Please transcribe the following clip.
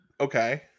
Okay